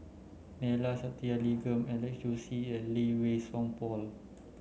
Neila Sathyalingam Alex Josey and Lee Wei Song Paul